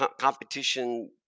competition